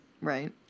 Right